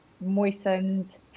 moistened